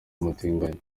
umutinganyi